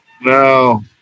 No